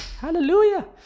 hallelujah